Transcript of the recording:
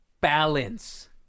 Balance